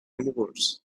moors